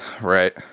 right